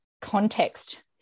context